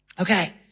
okay